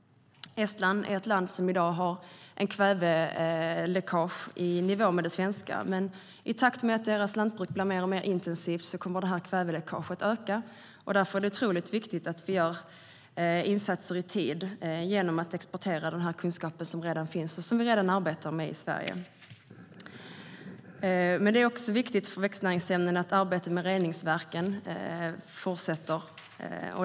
Estland är ett land som i dag har ett kväveläckage i nivå med det svenska, men i takt med att deras lantbruk blir mer och mer intensivt kommer läckaget att öka. Därför är det otroligt viktigt att vi vidtar insatser i tid genom att exportera den kunskap som redan finns och som vi redan arbetar med i Sverige. Det är också viktigt med tanke på växtnäringsämnen att arbetet med reningsverken fortsätter.